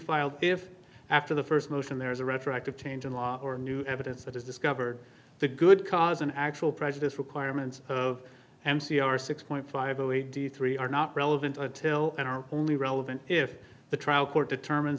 filed if after the first motion there is a retroactive change in law or new evidence that is discovered the good cause an actual prejudice requirements of m c r six point five zero e d three are not relevant until and are only relevant if the trial court determine